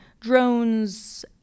drones